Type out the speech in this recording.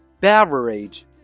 Beverage